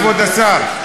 כבוד השר,